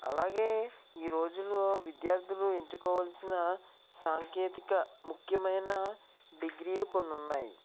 అలాగే ఈ రోజుల్లో విద్యార్థులు ఎంచుకోవాల్సిన సాంకేతిక ముఖ్యమైన డిగ్రీలు కొన్ని ఉన్నాయి